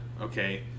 Okay